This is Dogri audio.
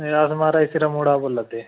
एह् अस माराज सिरा मोड़ा बोल्लै दे